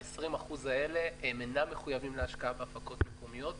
ב-20% האלה הם אינם מחויבים להשקעה בהפקות מקומיות.